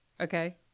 okay